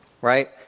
right